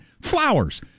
flowers